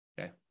Okay